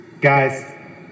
Guys